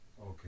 Okay